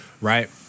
right